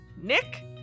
Nick